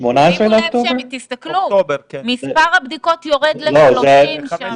שימו לב שמספר הבדיקות יורד ל-30 שם.